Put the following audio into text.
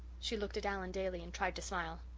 she looked at allan daly and tried to smile.